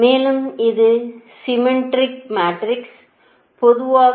மேலும் இது symmetric matrix பொதுவாக